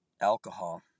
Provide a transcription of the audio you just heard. alcohol